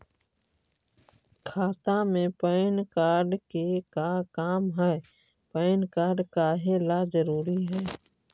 खाता में PAN card के का काम है पैन कार्ड काहे ला जरूरी है?